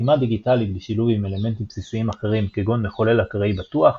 חתימה דיגיטלית בשילוב עם אלמנטים בסיסיים אחרים כגון מחולל אקראי בטוח,